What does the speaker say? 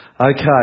Okay